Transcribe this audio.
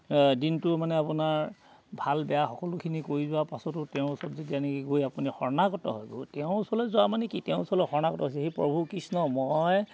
দিনটো মানে আপোনাৰ ভাল বেয়া সকলোখিনি কৰি দিয়াৰ পাছতো তেওঁ ওচৰত যেতিয়া এনেকৈ গৈ আপুনি শৰ্ণাগত হৈ গ'ল তেওঁ ওচৰলৈ যোৱা মানে কি তেওঁ ওচৰলৈ শৰ্ণাগত হৈছে সেই প্ৰভু কৃষ্ণ মই